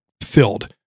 filled